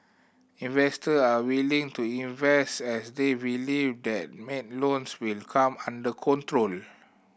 investor are willing to invest as they believe that bad loans will come under control